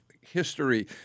history